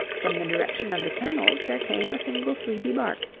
from the direction of the kennels there came a single sleepy bark,